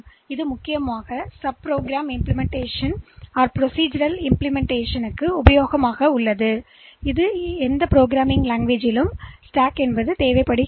எனவே இந்த துணை ப்ரோக்ராம் செயல்படுத்தல் அல்லது நடைமுறை நடைமுறைப்படுத்தல் எந்த நிரலாக்க மொழிக்கும் ஒரு முக்கியமான செயல்பாடாக இருக்கும் பின்னர் அடுக்கு தேவைப்படும்